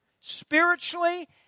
spiritually